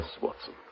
Watson